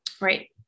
Right